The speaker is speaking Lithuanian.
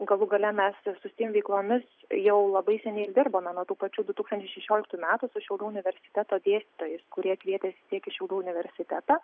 galų gale mes su steam veiklomis jau labai seniai dirbame nuo tų pačių du tūkstančiai šešioliktų metų su šiaulių universiteto dėstytojais kurie kvietėsi tiek į šiaulių universitetą